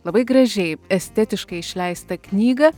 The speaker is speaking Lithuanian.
labai gražiai estetiškai išleistą knygą